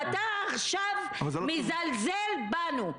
אתה עכשיו מזלזל בנו,